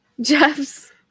Jeff's